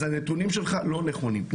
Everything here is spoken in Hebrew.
אז הנתונים שלך לא נכונים.